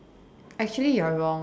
actually you're wrong